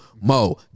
mo